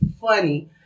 funny